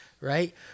right